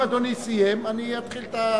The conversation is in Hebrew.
אם אדוני סיים, אני אתחיל את,